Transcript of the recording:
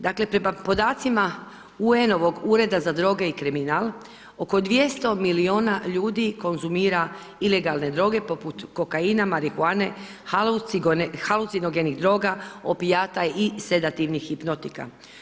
Dakle, prema podacima UN-ovog ureda za droge i kriminal oko 200 miliona ljudi konzumira ilegalne droge poput kokaina, marihuane, falucinogenih droga, opijata i sedativnih hipnotika.